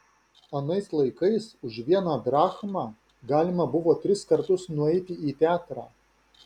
anais laikais už vieną drachmą galima buvo tris kartus nueiti į teatrą